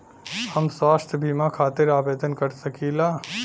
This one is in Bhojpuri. हम स्वास्थ्य बीमा खातिर आवेदन कर सकीला?